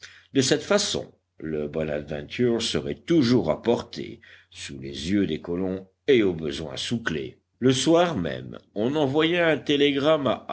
de cette façon le bonadventure serait toujours à portée sous les yeux des colons et au besoin sous clé le soir même on envoya un télégramme